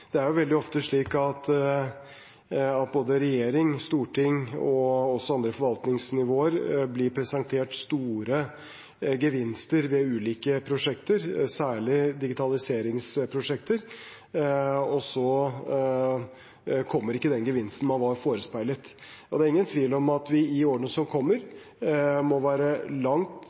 Det er veldig ofte slik at både regjering, storting og også andre forvaltningsnivåer blir presentert store gevinster ved ulike prosjekter, særlig digitaliseringsprosjekter, og så kommer ikke den gevinsten man var forespeilet. Det er ingen tvil om at vi i årene som kommer, må være langt